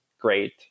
great